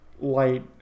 light